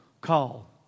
call